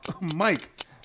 Mike